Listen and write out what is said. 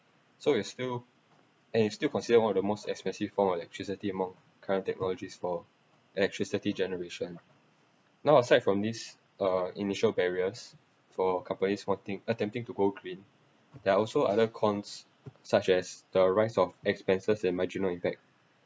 so it's still and is still considered one of the most expensive form of electricity among current technologies for electricity generation now aside from these uh initial barriers for companies wanting attempting to go green there are also other cons such as the rise of expense's and marginal impact